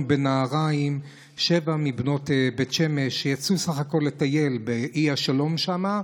בנהריים שבע מבנות בית שמש שיצאו בסך הכול לטייל באי השלום שם.